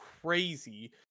crazy